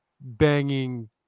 banging